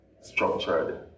structured